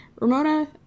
Ramona